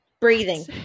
Breathing